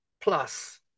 plus